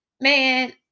man